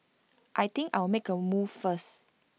I think I'll make A move first